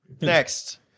next